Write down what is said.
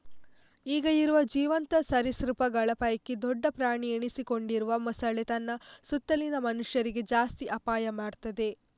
ಈಗ ಇರುವ ಜೀವಂತ ಸರೀಸೃಪಗಳ ಪೈಕಿ ದೊಡ್ಡ ಪ್ರಾಣಿ ಎನಿಸಿಕೊಂಡಿರುವ ಮೊಸಳೆ ತನ್ನ ಸುತ್ತಲಿನ ಮನುಷ್ಯರಿಗೆ ಜಾಸ್ತಿ ಅಪಾಯ ಮಾಡ್ತದೆ